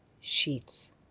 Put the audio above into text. sheets